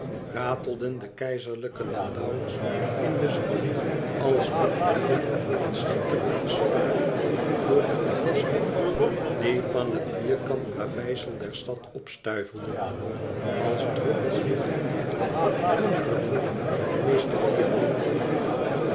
ratelden de keizerlijke landauers in de zon als met wielen van schitterende spaken door de lichte stof die van het vierkant plaveisel der stad opstuivelde als druppelen wit vuur flonkerden het meest de diamanten